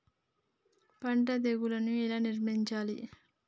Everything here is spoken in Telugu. పంట తెగులుని ఎలా నిర్మూలించాలి?